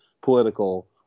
political